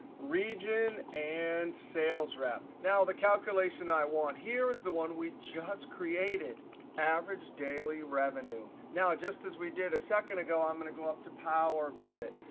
region and salesrep. now, the calculation i want here is the one we just created average daily revenue. now, just as we did a second ago, i'm going to go up to power pivot,